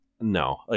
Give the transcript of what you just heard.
No